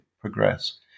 progress